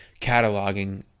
cataloging